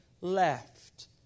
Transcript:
left